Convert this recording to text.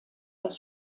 als